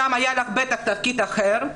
שם היה לך בטח תפקיד אחר.